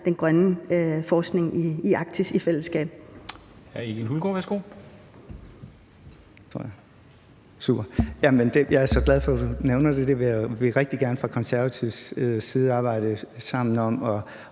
den grønne forskning i Arktis i fællesskab.